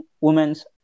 women's